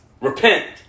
Repent